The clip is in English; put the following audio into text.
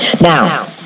Now